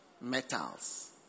metals